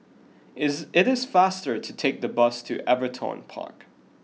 is it is faster to take the bus to Everton Park